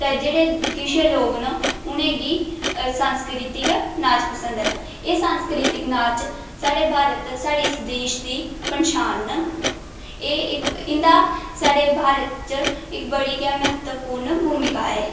जेह्ड़े किश लोक न उ'नेंगी संस्कृतिक नाच पसंद न एह् संस्कृतक नाच साढ़े भारत साढ़ी इस देश दी पंछान न एह् इक इं'दा साढ़े भारत च इक बड़ी गै म्हत्तवपूर्ण भूमिका ऐ